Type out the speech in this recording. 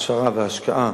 הכשרה והשקעה